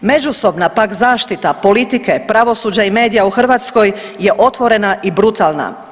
Međusobna pak zaštita politike, pravosuđa i medija u Hrvatskoj je otvorena i brutalna.